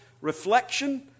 Reflection